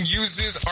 uses